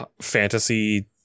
fantasy